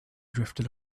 drifted